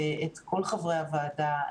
ואת כל חברי הוועדה,